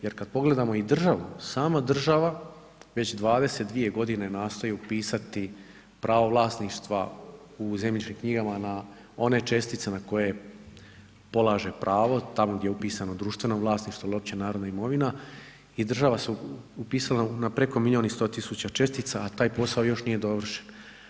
Jer kad pogledamo i državu, sama država već 22 godine nastoji upisati pravo vlasništva u zemljišnim knjigama na one čestice na koje polaže pravo, tamo gdje je upisano društveno vlasništvo ili uopće narodna imovina i država se upisala na preko miliju i 100 tisuća čestica a taj posao još nije dovršen.